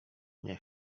nie